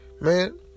man